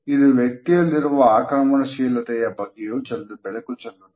ಇದು ವ್ಯಕ್ತಿಯಲ್ಲಿರುವ ಆಕ್ರಮಣಶೀಲತೆ ಯ ಬಗ್ಗೆಯೂ ಬೆಳಕು ಚೆಲ್ಲುತ್ತದೆ